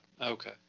Okay